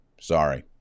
Sorry